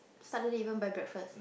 suddenly even buy breakfast